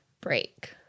break